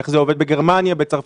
איך זה עובד בגרמניה ובצרפת?